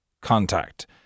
contact